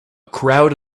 crowd